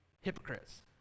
hypocrites